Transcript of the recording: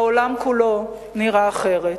העולם כולו נראה אחרת.